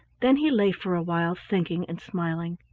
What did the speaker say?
then he lay for a while thinking and smiling.